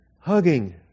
hugging